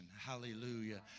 Hallelujah